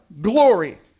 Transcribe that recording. glory